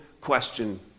question